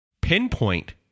pinpoint